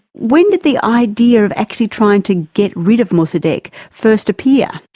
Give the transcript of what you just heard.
when did the idea of actually trying to get rid of mossadeq first appear?